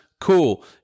Cool